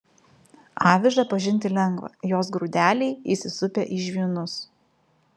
avižą pažinti lengva jos grūdeliai įsisupę į žvynus